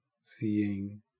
seeing